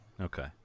okay